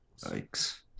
Yikes